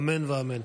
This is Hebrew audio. אמן ואמן.